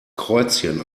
kreuzchen